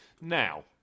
Now